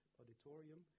auditorium